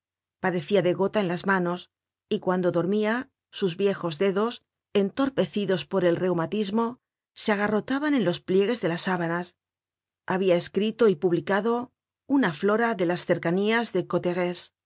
padecia de gota en las manos y cuando dormia sus viejos dedos entorpecidos por el reumatismo se agarrotaban en los pliegues de las sábanas habia escrito y publicado una flora de las cercanías de